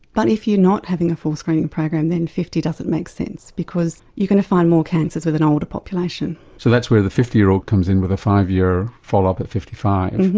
but if you're not having a full screening program, then fifty doesn't make sense, because you're going to find more cancers in an older population. so that's where the fifty year-old comes in, with a five year follow up at fifty five?